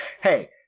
hey